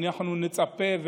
אנחנו נצפה,